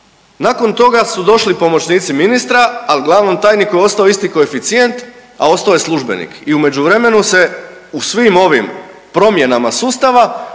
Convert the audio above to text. Nakon toga su došli pomoćnici ministra, al glavnom tajniku je ostao isti koeficijent, a ostao je službenik i u međuvremenu se u svim ovim promjenama sustava